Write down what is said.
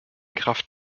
kraft